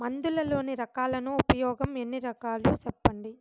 మందులలోని రకాలను ఉపయోగం ఎన్ని రకాలు? సెప్పండి?